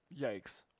Yikes